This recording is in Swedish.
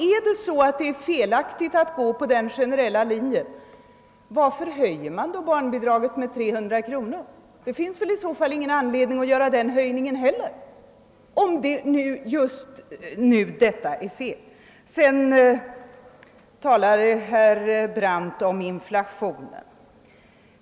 Är det så att den generella linjen är felaktig, varför höjer man då barnbidraget med 300 kronor? Det finns väl i så fall ingen anledning att göra den höjningen heller? Herr Brandt talade också om inflationen.